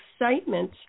excitement